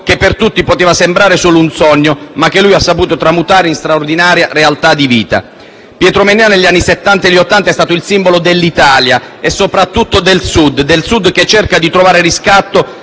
che per tutti poteva sembrare solo un sogno, ma che lui ha saputo tramutare in straordinaria realtà di vita. Pietro Mennea negli anni Settanta e Ottanta è stato il simbolo dell'Italia e soprattutto di quel Sud che cerca di trovare riscatto